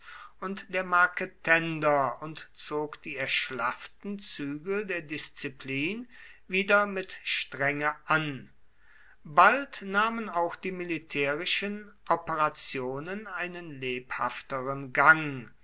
und der marketender und zog die erschlafften zügel der disziplin wieder mit strenge an bald nahmen auch die militärischen operationen einen lebhafteren gang